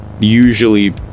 usually